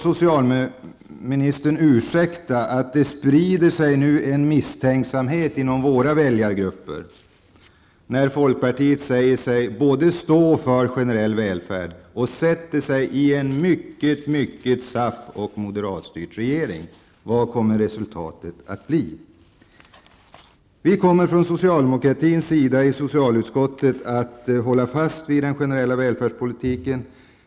Socialministern får ursäkta att det sprider sig en misstänksamhet inom våra väljargrupper när folkpartiet säger sig stå för en generell välfärd och samtidigt sätter sig i en mycket SAF och moderatstyrd regering. Vilket kommer resultatet att bli? Vi kommer från socialdemokratins sida i socialutskottet att hålla fast vid den generella välfärdspolitiken.